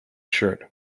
shirt